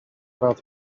about